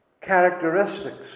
characteristics